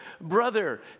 Brother